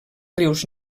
rius